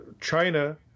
China